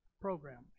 program